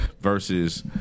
versus